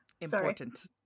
Important